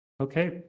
Okay